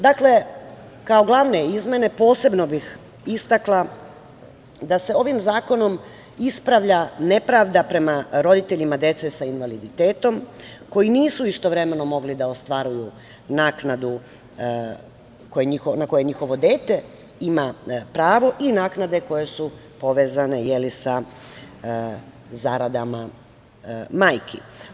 Dakle, kao glavne izmene posebno bih istakla da se ovim zakonom ispravlja nepravda prema roditeljima dece sa invaliditetom koji nisu istovremeno mogli da ostvaruju naknadu na koje njihovo dete ima pravo i naknade koje su povezane sa zaradama majki.